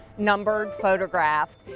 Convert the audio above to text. numbered. photographed.